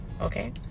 okay